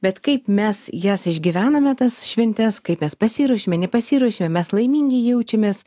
bet kaip mes jas išgyvename tas šventes kaip mes pasiruošėme nepasiruošėme mes laimingi jaučiamės